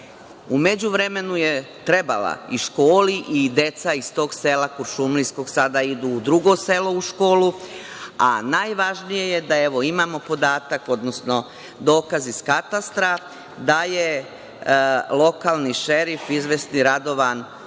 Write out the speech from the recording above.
međuvremenu je trebala i školi i deca iz tog sela kuršumlijskoj sada idu u drugo selo u školu, a najvažnije je da imamo podatak, odnosno dokaz iz katastra, da je lokalni šerif, izvesni Radovan